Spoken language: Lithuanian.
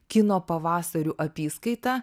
kino pavasarių apyskaitą